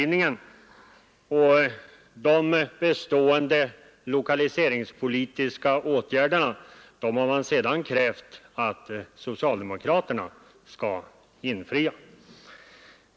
Löftet om de bestående lokaliseringspolitiska åtgärderna har Ni sedan krävt att socialdemokraterna skall infria.